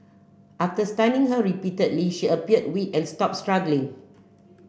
after stunning her repeatedly she appeared weak and stopped struggling